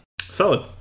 Solid